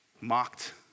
mocked